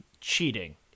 cheating